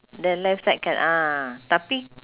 the left side can ah tapi